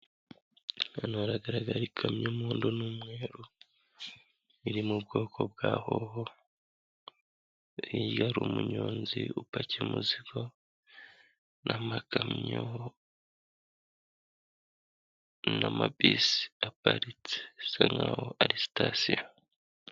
Ahantu haragaragara ikamyoy'umuhondo n'umweru iri mu bwoko bwa hoho, imbere Hari umunyonzi upakiye umuzigo n'amakamyo n'ama bus aparitse bisa nk'aho ari station.